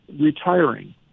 retiring